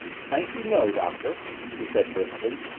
thank you, no, doctor, she said briskly,